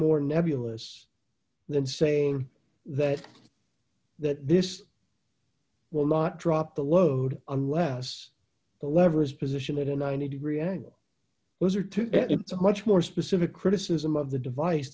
more nebulous than saying that that this will not drop the load unless the lever is position at a ninety degree angle was or two so much more specific criticism of the device